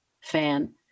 fan